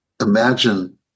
imagine